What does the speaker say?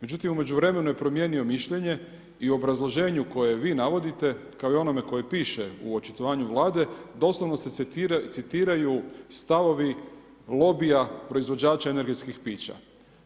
Međutim u međuvremenu je promijenio mišljenje i obrazloženje koje vi navodite, kao i onome koje piše u očitovanju Vlade, doslovno se citiraju stavovi lobija proizvođača energetskih pića